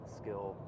skill